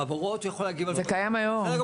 בהבהרות הוא יכול להגיב --- זה קיים היום.